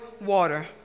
water